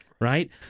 right